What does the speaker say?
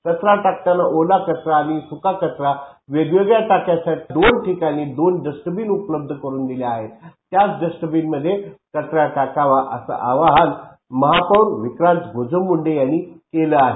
कचरा टाकतांनी ओला कचरा आणि सुका कचरा वेगवेगळा टाकण्यासाठी दोन ठिकाणी दोन डस्टबिन उपलब्ध करुन दिल्या आहेत त्याच डस्टबिनमध्येच कचरा टाकावं असं आवाहन महापौर विक्रांत गोजमगुंडे यांनी केलं आहे